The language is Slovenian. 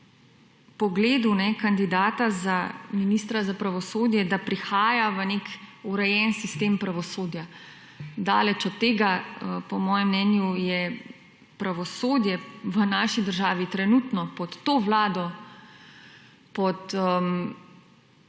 pogledu kandidata za ministra za pravosodje, da prihaja v nek urejen sistem pravosodja. Daleč od tega. Po mojem mnenju je pravosodje v naši državi trenutno pod to vlado pod